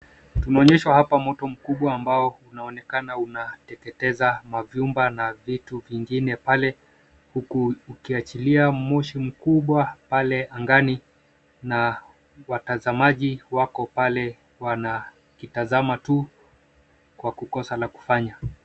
Tunaonyeshwa hapa moto mkubwa ambao unaonekana unateketeza mavyumba na vitu vingine pale huku ukiachilia moshi mkubwa pale angani na watasamaji wako wanakitazama tu wa kukosa la kufanya.